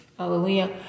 Hallelujah